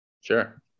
Sure